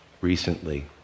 recently